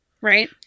Right